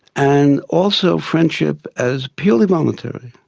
and also friendship as purely voluntary.